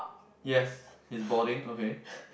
yes he's boarding okay